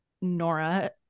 Nora